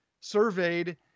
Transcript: surveyed